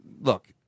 Look